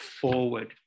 forward